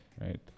right